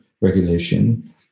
regulation